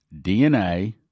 DNA